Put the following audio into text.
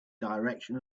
direction